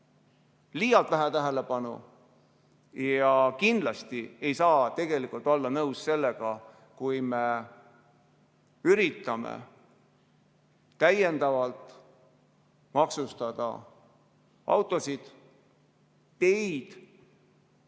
liialt vähe tähelepanu. Kindlasti ei saa ma nõus olla sellega, kui me üritame täiendavalt maksustada autosid ja teid,